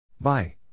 Bye